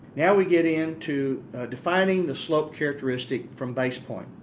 now we get into defining the slope characteristic from base point.